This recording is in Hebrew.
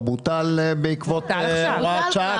מינואר, בעקבות הוראת שעה,